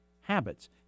habits